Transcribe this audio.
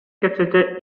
кэпсэтэ